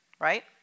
right